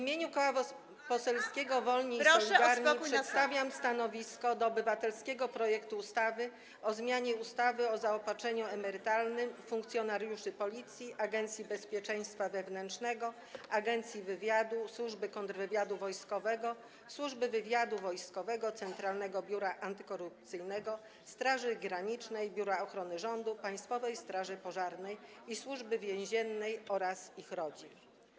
W imieniu Koła Poselskiego Wolni i Solidarni przedstawiam stanowisko wobec obywatelskiego projektu ustawy o zmianie ustawy o zaopatrzeniu emerytalnym funkcjonariuszy Policji, Agencji Bezpieczeństwa Wewnętrznego, Agencji Wywiadu, Służby Kontrwywiadu Wojskowego, Służby Wywiadu Wojskowego, Centralnego Biura Antykorupcyjnego, Straży Granicznej, Biura Ochrony Rządu, Państwowej Straży Pożarnej i Służby Więziennej oraz ich rodzin.